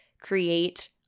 create